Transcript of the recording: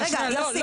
אבל רגע, יוסי.